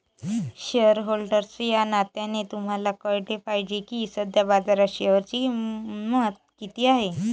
shareholder या नात्याने तुम्हाला कळले पाहिजे की सध्या बाजारात शेअरची किंमत किती आहे